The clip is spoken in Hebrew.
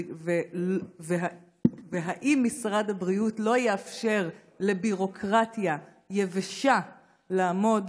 והאם משרד הבריאות לא יאפשר לביורוקרטיה יבשה לעמוד